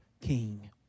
king